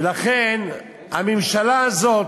ולכן הממשלה הזאת,